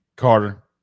carter